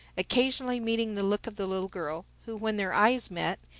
occasionally meeting the look of the little girl, who, when their eyes met,